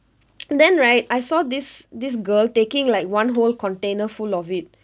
then right I saw this this girl taking like one whole container full of it